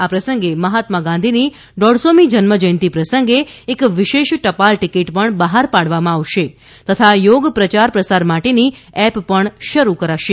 આ પ્રસંગે મહાત્મા ગાંધીની દોઢસોમી જન્મજયંતિ પ્રસંગે એક વિશેષ ટપાલ ટિકીટ પણ બહાર પાડવામાં આવશે તથા યોગ પ્રયાર પ્રસાર માટેની એપ પણ શરૂ કરશે